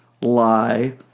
lie